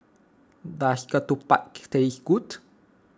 does Ketupat taste good